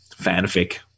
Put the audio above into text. fanfic